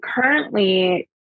currently